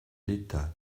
l’état